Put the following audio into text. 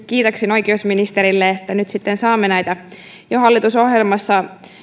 kiitoksiin oikeusministerille että nyt sitten saamme näitä jo hallitusohjelmassa